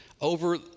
over